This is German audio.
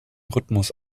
rhythmus